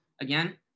again